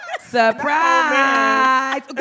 Surprise